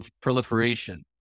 proliferation